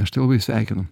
aš tai labai sveikinu